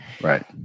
Right